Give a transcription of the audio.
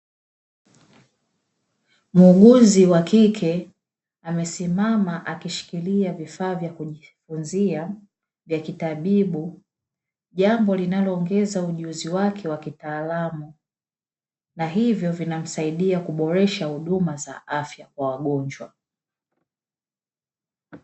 Muuguzi wa kike amesimama akishikilia vifaa vya kujifunzia vya kitabibu, jambo linaloongeza ujuzi wake wa kitaalamu na hivyo vinamsaidia kuboresha huduma za afya kwa wagonjwa.